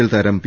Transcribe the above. L താരം P